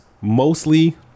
mostly